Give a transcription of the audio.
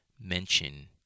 mention